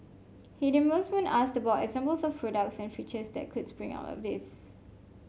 he demurs when asked about examples of products and features that could spring out of this